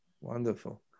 Wonderful